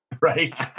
Right